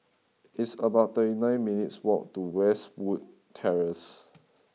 it's about thirty nine minutes' walk to Westwood Terrace